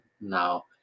now